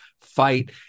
fight